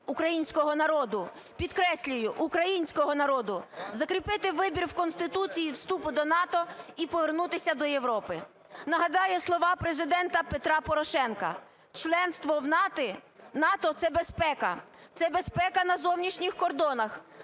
українського народу, підкреслюю, українського народу, закріпити вибір в Конституції вступу до НАТО і повернутися до Європи. Нагадаю слова Президента Петра Порошенка: "Членство в НАТО – це безпека, це безпека на зовнішніх кордонах,